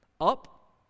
Up